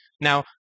Now